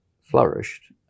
flourished